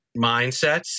mindsets